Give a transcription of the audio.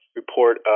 report